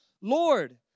Lord